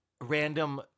random